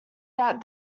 that